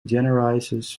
generalizes